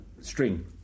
string